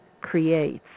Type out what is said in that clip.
creates